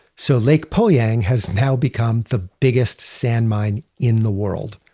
so lake poyang has now become the biggest sand mine in the world.